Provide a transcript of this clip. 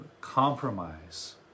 compromise